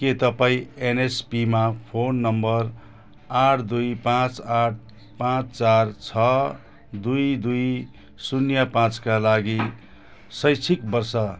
के तपाईँँ एनएसपीमा फोन नम्बर आठ दुई पाँच आठ पाँच चार छ दुई दुई शून्य पाँचका लागि शैक्षिक वर्ष